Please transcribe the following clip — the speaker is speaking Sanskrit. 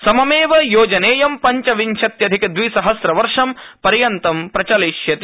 सहैव योजनेयं पञ्चविंशत्यधिक द्विसहस्रवर्ष पर्यन्तं प्रचलयिष्यति